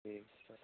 ठीक छै